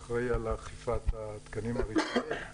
אחראי על התקינה הרשמית במטרה לשמור על שלום הציבור והסביבה.